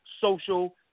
social